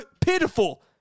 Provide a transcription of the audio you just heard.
pitiful